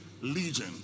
legion